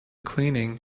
cleaning